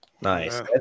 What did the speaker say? Nice